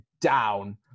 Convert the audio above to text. down